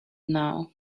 now